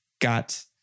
got